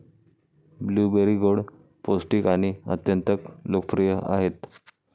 blueberry गोड, पौष्टिक आणि अत्यंत लोकप्रिय आहेत